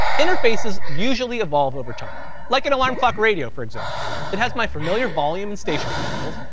interfaces usually evolve over time, like an alarm clock radio for example. it has my familiar volume, and station controls,